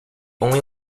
only